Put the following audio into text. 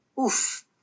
oof